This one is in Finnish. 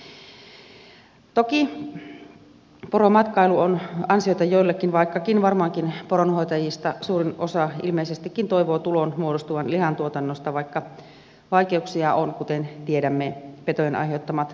toki poromatkailu on ansiota joillekin vaikka varmaankin poronhoitajista suurin osa ilmeisestikin toivoo tulon muodostuvan lihantuotannosta vaikka vaikeuksia on kuten tiedämme petojen aiheuttamat vahingot